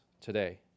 today